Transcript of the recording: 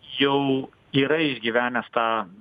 jau yra išgyvenęs tą